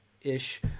ish